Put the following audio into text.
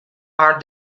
are